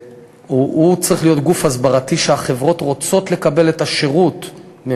צריך להיות גוף הסברתי שהחברות רוצות לקבל ממנו את השירות.